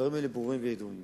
הדברים האלה ברורים וידועים.